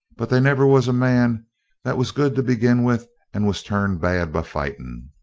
but they never was a man that was good to begin with and was turned bad by fighting.